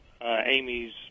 Amy's